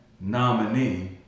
nominee